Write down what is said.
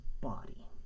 body